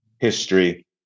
history